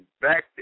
back